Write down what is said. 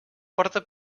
porta